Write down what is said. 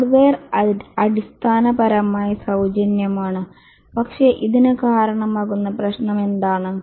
hardware അടിസ്ഥാനപരമായി സൌജന്യമാണ് പക്ഷേ ഇതിന് കാരണമാകുന്ന പ്രശ്നം എന്താണ്